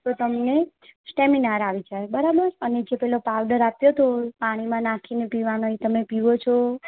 તો તમને સ્ટેમિના આવી જાય બરાબર અને જે પેલો પાઉડર આપેલો પાણીમાં નાખીને પીવાનો એ તમે પીવો છો